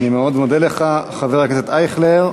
אני מאוד מודה לך, חבר הכנסת אייכלר.